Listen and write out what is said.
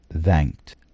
thanked